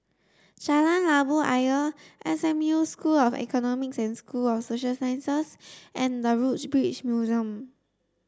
Jalan Labu Ayer S M U School of Economics and School of Social Sciences and The Woodbridge Museum